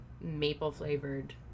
maple-flavored